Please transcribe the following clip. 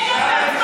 אתה לא מתבייש,